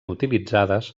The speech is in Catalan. utilitzades